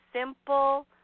simple